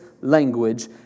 language